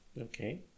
Okay